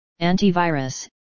antivirus